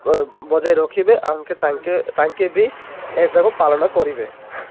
ବଜାୟ ରଖିବେ ତାଙ୍କେ ତାଙ୍କେ ବି ଏ ଯାକ ପାଳନ କରିବେ